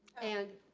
and,